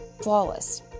flawless